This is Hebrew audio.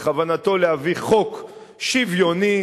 בכוונתו להביא חוק שוויוני,